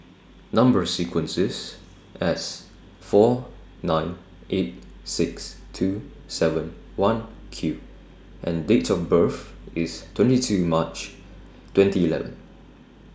Number sequence IS S four nine eight six two seven one Q and Date of birth IS twenty two March twenty eleven